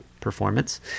performance